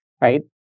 right